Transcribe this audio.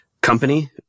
company